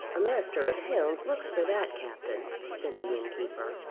a master of hounds looks for that, captain, said the innkeeper.